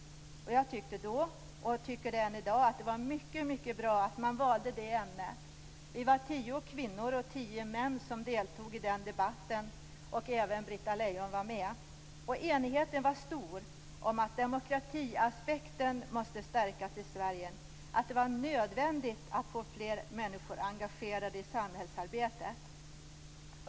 Jag tyckte då och jag tycker än i dag att det var mycket bra att man valde det ämnet. Vi var tio kvinnor och tio män som deltog i den debatten, och även Britta Lejon var med. Enigheten var stor om att demokratiaspekten måste stärkas i Sverige och att det var nödvändigt att få fler människor engagerade i samhällsarbetet.